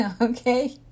Okay